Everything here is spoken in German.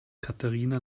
katharina